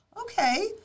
Okay